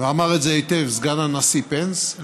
ואמר את זה היטב סגן הנשיא פנס,